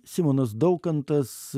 simonas daukantas